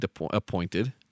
appointed